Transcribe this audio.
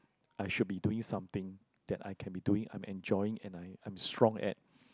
I should be doing something that I can be doing I'm enjoying and I I'm strong at